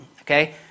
Okay